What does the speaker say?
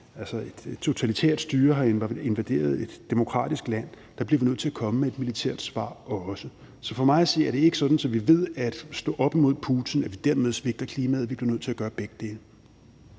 at et totalitært styre har invaderet et demokratisk land, bliver vi også nødt til at komme med et militært svar. Så for mig at se er det ikke sådan, at vi ved at stå op imod Putin dermed svigter klimaet. Vi bliver nødt til at gøre begge dele.